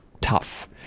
tough